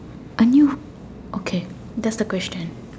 A new okay that's the question